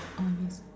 orh yes